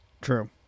True